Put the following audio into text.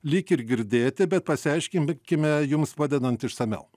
lyg ir girdėti bet pasiaiškinkime jums padedant išsamiau